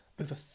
over